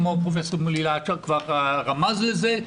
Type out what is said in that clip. כמו שפרופ' מולי להד כבר רמז לזה,